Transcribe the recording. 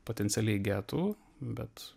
potencialiai getų bet